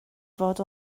fod